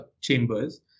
Chambers